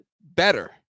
better